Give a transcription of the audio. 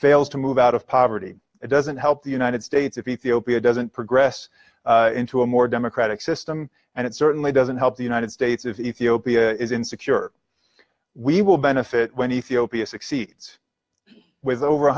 fails to move out of poverty it doesn't help the united states if ethiopia doesn't progress into a more democratic system and it certainly doesn't help the united states of ethiopia is insecure we will benefit when you see o p s succeeds with over